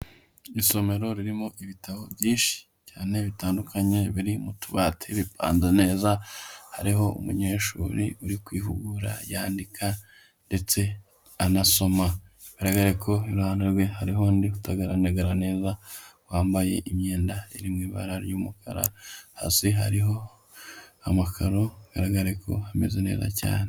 Isomero ririmo ibitabo byinshi cyane bitandukanye biri mu tubatiri bipanze neza, hariho umunyeshuri uri kwihugumura yandika ndetse anasoma, bigaragare ko iruhande rwe hariho undi utagaragara neza, wambaye imyenda iri mu ibara ry'umukara, hasi hariho amakaro bigaragare ko hameze neza cyane.